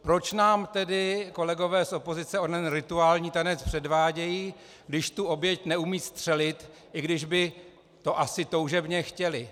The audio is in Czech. Proč nám tedy kolegové z opozice onen rituální tanec předvádějí, když tu oběť neumějí střelit, i když by to asi toužebně chtěli?